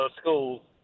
schools